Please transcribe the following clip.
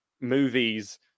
movies